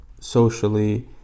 socially